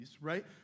right